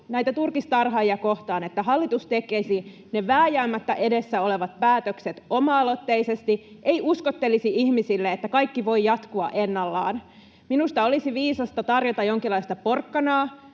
näitä turkistarhaajia kohtaan, että hallitus tekisi ne vääjäämättä edessä olevat päätökset oma-aloitteisesti, eikä uskottelisi ihmisille, että kaikki voi jatkua ennallaan. Minusta olisi viisasta tarjota jonkinlaista porkkanaa